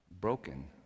broken